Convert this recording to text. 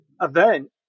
event